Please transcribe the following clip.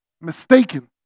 mistaken